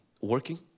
working